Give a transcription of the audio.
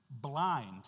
blind